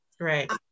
right